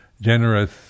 generous